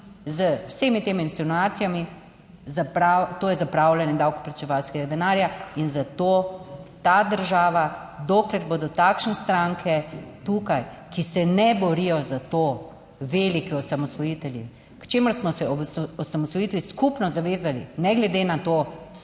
z vsemi temi insinuacijami, to je zapravljanje davkoplačevalskega denarja in zato ta država, dokler bodo takšne stranke tukaj, ki se ne borijo za to, veliki osamosvojitelji, k čemur smo se ob osamosvojitvi skupno zavezali, ne glede na to